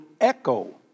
echo